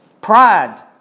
Pride